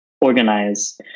organize